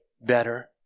better